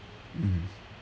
mm